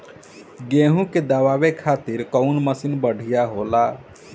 गेहूँ के दवावे खातिर कउन मशीन बढ़िया होला?